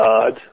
God